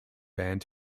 band